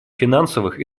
финансовых